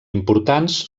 importants